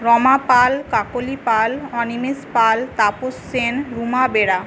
রমা পাল কাকলি পাল অনিমেষ পাল তাপস সেন রুমা বেড়া